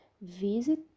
visit